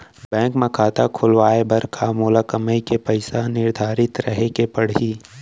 Bank म खाता खुलवाये बर का मोर कमाई के पइसा ह निर्धारित रहे के पड़ही?